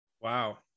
Wow